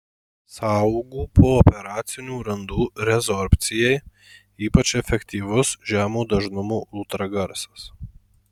sąaugų pooperacinių randų rezorbcijai ypač efektyvus žemo dažnumo ultragarsas